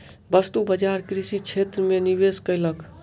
वस्तु बजार कृषि क्षेत्र में निवेश कयलक